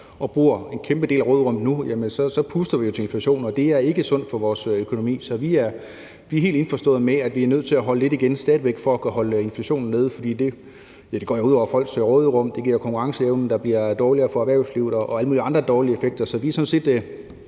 og bruger en kæmpe del af råderummet nu, jamen så puster vi jo til inflationen, og det er ikke sundt for vores økonomi. Så vi er helt indforstået med, at vi stadig væk er nødt til at holde lidt igen for at kunne holde inflationen nede. For det går jo ud over folks råderum, det giver en dårligere konkurrenceevne i erhvervslivet, og det har alle mulige andre dårlige effekter. Så vi er sådan set